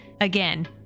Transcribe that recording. again